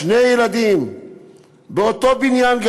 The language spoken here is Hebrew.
שני ילדים גרים באותו בניין,